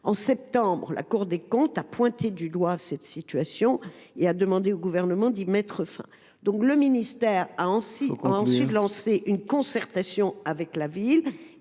En septembre, la Cour des comptes a pointé du doigt cet état de fait et a demandé au Gouvernement d’y mettre fin. Le ministère a donc lancé une concertation avec la Ville.